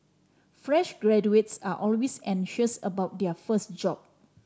fresh graduates are always anxious about their first job